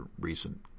recent